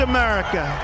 America